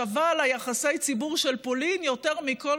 שווה ליחסי הציבור של פולין יותר מכל